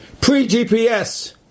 Pre-GPS